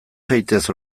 zaitez